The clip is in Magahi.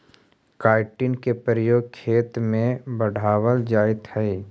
काईटिन के प्रयोग खेत में बढ़ावल जाइत हई